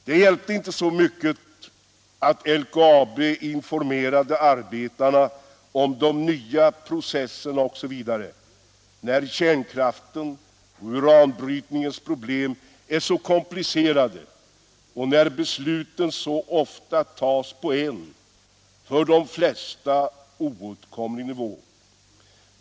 Det hjälpte inte så mycket att LKAB informerade arbetarna om de nya processerna osv., när kärnkraftens och uranbrytningens problem är så komplicerade och när besluten så ofta tas på en för de flesta oåtkomlig nivå.